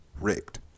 rigged